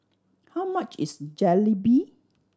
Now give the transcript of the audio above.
how much is Jalebi